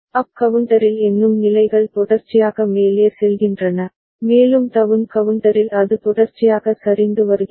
அப் கவுண்டரில் எண்ணும் நிலைகள் தொடர்ச்சியாக மேலே செல்கின்றன மேலும் டவுன் கவுண்டரில் அது தொடர்ச்சியாக சரிந்து வருகிறது